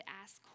ask